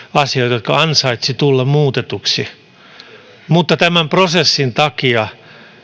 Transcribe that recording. asioita jotka ansaitsivat tulla muutetuksi tämän prosessin takia